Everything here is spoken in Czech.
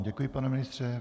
Děkuji vám, pane ministře.